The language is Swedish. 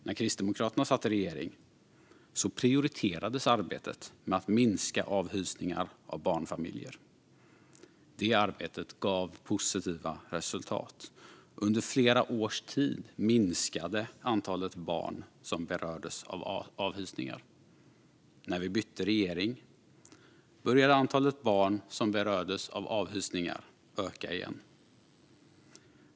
När Kristdemokraterna satt i regering prioriterades arbetet med att minska avhysningar av barnfamiljer. Det arbetet gav positiva resultat. Under flera års tid minskade antalet barn som berördes av avhysningar. När vi bytte regering började antalet barn som berördes av avhysningar öka igen.